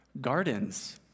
Gardens